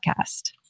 podcast